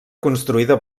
construïda